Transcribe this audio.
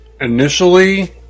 Initially